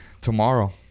tomorrow